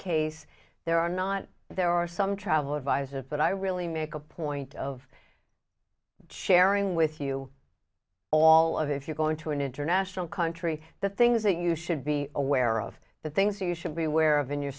case there are not there are some travel advisories but i really make a point of sharing with you all of if you're going to an international country the things that you should be aware of the things you should be aware of in your